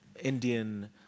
Indian